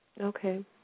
Okay